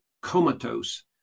comatose